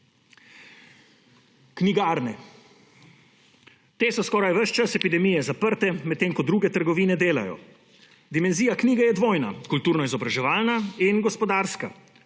Knjigarne. Te so skoraj ves čas epidemije zaprte, medtem ko druge trgovine delajo. Dimenzija knjige je dvojna, kulturno-izobraževalna in gospodarska,